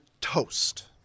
toast